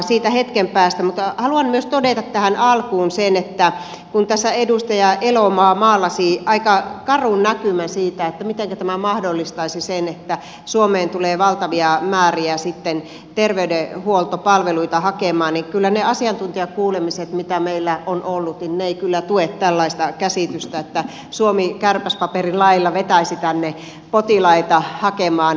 siitä hetken päästä mutta haluan myös todeta tähän alkuun sen että kun tässä edustaja elomaa maalasi aika karun näkymän siitä mitenkä tämä mahdollistaisi sen että suomeen tulee valtavia määriä sitten terveydenhuoltopalveluita hakemaan niin ne asiantuntijakuulemiset mitä meillä on ollut eivät kyllä tue tällaista käsitystä että suomi kärpäspaperin lailla vetäisi tänne potilaita hakemaan terveyspalveluita